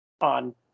on